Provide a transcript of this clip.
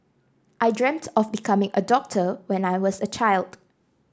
I dreamt of becoming a doctor when I was a child